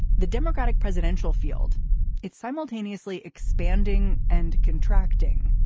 the democratic presidential field is simultaneously expanding and contracting.